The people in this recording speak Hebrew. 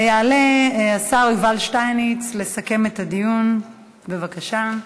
יעלה השר יובל שטייניץ לסכם את הדיון, בבקשה.